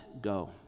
go